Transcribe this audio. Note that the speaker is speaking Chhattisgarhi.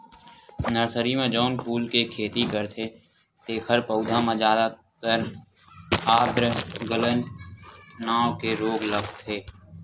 नरसरी म जउन फूल के खेती करथे तेखर पउधा म जादातर आद्र गलन नांव के रोग लगथे